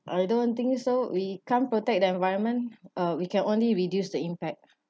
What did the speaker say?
I don't think so we can't protect the environment uh we can only reduce the impact